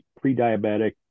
pre-diabetic